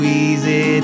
easy